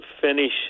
finish